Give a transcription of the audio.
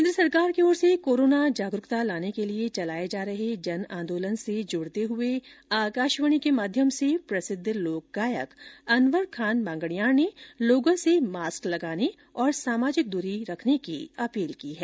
केन्द्र सरकार की ओर से कोरोना जागरूकता लाने के लिए चलाए जा रहे जन आंदोलन से जुड़ते हुए आकाशवाणी के माध्यम से प्रसिद्ध लोक गायक अनवर खान मांगणियार ने लोगों से मास्क लगाने और सामाजिक दूरी रखने की अपील की है